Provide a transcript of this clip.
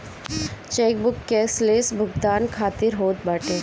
chequebook cashless भुगतान खातिर होत बाटे